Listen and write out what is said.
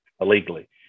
illegally